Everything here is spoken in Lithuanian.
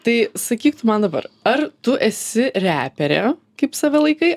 tai sakyk tu man dabar ar tu esi reperė kaip save laikai